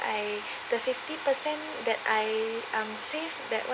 I the fifty percent that I um save that [one]